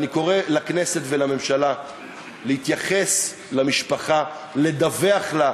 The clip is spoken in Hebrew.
אני קורא לכנסת ולממשלה להתייחס למשפחה, לדווח לה.